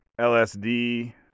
LSD